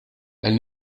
elle